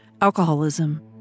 alcoholism